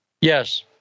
Yes